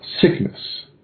sickness